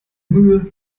mühe